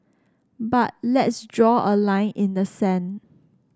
but let's draw a line in the sand